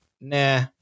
Nah